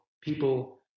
people